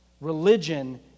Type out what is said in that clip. Religion